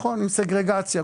סגרגציה.